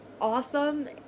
awesome